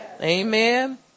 amen